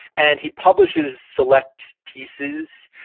and he publishes select pieces,